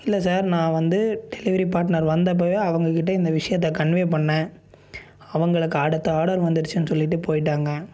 இல்லை சார் நான் வந்து டெலிவரி பாட்னர் வந்தப்போவே அவங்கக்கிட்ட இந்த விஷயத்தை கன்வே பண்ணேன் அவங்களுக்கு அடுத்த ஆர்டர் வந்துடுச்சின்னு சொல்லிவிட்டு போயி விட்டாங்க